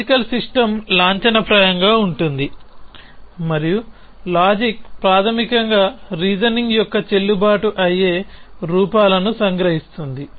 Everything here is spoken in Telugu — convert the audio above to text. లాజికల్ సిస్టమ్ లాంఛనప్రాయంగా ఉంటుంది మరియు లాజిక్ ప్రాథమికంగా రీజనింగ్ యొక్క చెల్లుబాటు అయ్యే రూపాలను సంగ్రహిస్తుంది